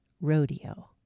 Rodeo